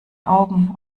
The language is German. augen